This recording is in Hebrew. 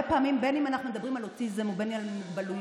בין אם אנחנו מדברים על אוטיזם ובין אם על מוגבלויות,